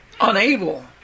unable